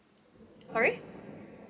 sorry